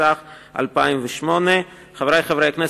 התשס"ח 2008. חברי חברי הכנסת,